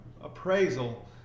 appraisal